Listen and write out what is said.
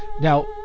Now